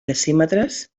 decímetres